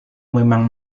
memang